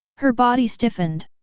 her body stiffened.